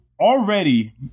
already